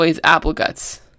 Appleguts